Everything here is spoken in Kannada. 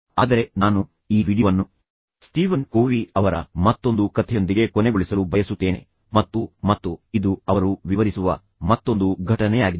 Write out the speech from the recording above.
ಆದರೆ ನಾನು ಈ ವೀಡಿಯೊ ವನ್ನು ಸ್ಟೀವನ್ ಕೋವೀ ಅವರ ಮತ್ತೊಂದು ಕಥೆಯೊಂದಿಗೆ ಕೊನೆಗೊಳಿಸಲು ಬಯಸುತ್ತೇನೆ ಮತ್ತು ಇದು ಅವರು ವಿವರಿಸುವ ಮತ್ತೊಂದು ಘಟನೆಯಾಗಿದೆ